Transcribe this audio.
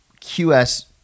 QS